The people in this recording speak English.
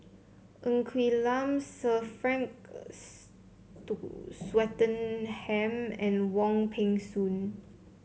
Ng Quee Lam Sir Frank Swettenham and Wong Peng Soon